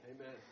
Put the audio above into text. Amen